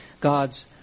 God's